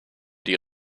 die